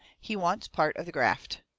he wants part of the graft.